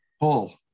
pull